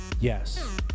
Yes